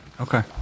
Okay